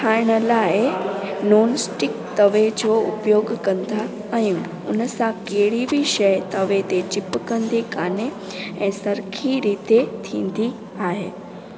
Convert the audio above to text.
ठाहिण लाइ नॉनस्टीक तवे जो उपयोगु कंदा आहियूं इन सां कहिड़ी बि शइ तवे ते चिपकंदी कोन्हे ऐं सरखिरी ते थींदी आहे